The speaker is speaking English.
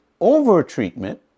over-treatment